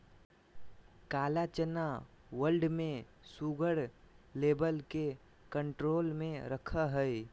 काला चना ब्लड में शुगर लेवल के कंट्रोल में रखैय हइ